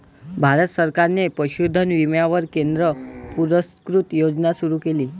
भारत सरकारने पशुधन विम्यावर केंद्र पुरस्कृत योजना सुरू केली